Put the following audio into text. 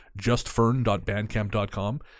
justfern.bandcamp.com